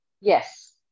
Yes